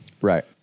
Right